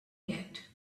yet